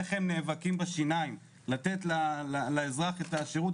איך הם נאבקים בשיניים לתת לאזרח את השירות,